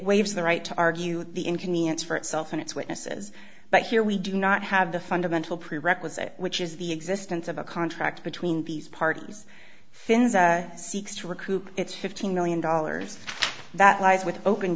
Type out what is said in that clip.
waived the right to argue the inconvenience for itself when it's witnesses but here we do not have the fundamental prerequisite which is the existence of a contract between these parties finn's seeks to recoup its fifteen million dollars that lies with open